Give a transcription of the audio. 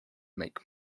make